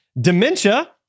dementia